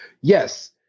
yes